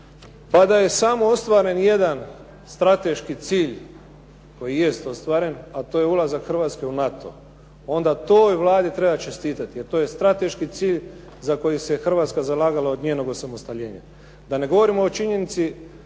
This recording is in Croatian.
Pa da je samo ostvaren jedan strateški cilj, koji jest ostvaren, a to je ulazak Hrvatske u NATO, onda toj Vladi treba čestitati jer to je strateški cilj za koji se Hrvatska zalagala od njenog osamostaljenja. Da ne govorimo o činjenici da